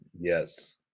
Yes